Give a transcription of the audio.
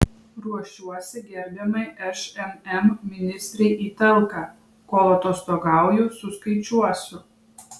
ruošiuosi gerbiamai šmm ministrei į talką kol atostogauju suskaičiuosiu